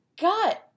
got